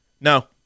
No